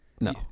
No